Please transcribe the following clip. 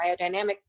biodynamic